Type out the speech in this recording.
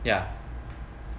ya